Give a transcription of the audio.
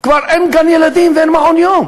כבר אין גן-ילדים ואין מעון-יום,